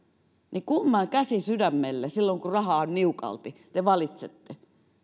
niin kumman käsi sydämelle silloin kun rahaa on niukalti te valitsette